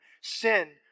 sin